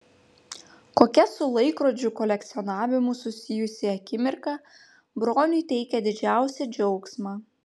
kokia su laikrodžių kolekcionavimu susijusi akimirka broniui teikia didžiausią džiaugsmą